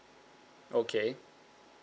okay